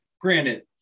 Granted